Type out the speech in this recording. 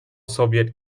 soviet